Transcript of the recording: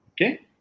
Okay